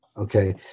okay